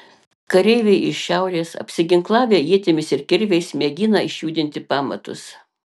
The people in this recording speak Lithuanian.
kareiviai iš šiaurės apsiginklavę ietimis ir kirviais mėgina išjudinti pamatus